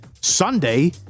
Sunday